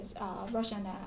Russian